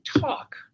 talk